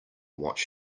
watch